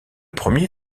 premier